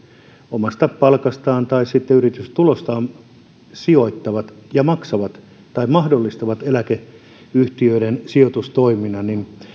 omasta palkastaan tai sitten yritystulostaan sijoittavat ja maksavat tai mahdollistavat eläkeyhtiöiden sijoitustoiminnan